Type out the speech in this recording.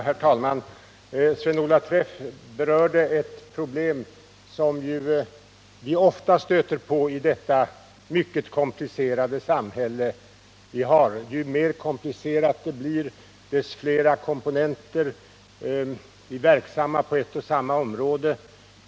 Herr talman! Sven-Olov Träff berörde ett problem som vi ju ofta stöter på i vårt mycket komplicerade samhälle — oftare ju mer komplicerat det blir och ju flera komponenter som är verksamma på ett och samma område.